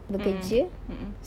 mm mm mm mm